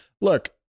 Look